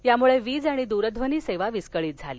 त्यामुळ वीज आणि द्रध्वनी सेवा विस्कळीत झाली